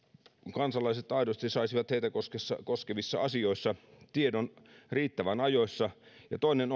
kansalaiset aidosti saisivat heitä koskevissa asioissa tiedon riittävän ajoissa toinen